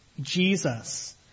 Jesus